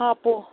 ꯍꯥꯞꯄꯣ